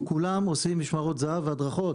כולם עושים משמרות זה"ב והדרכות,